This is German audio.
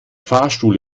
fahrstuhl